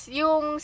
yung